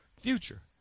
future